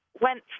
went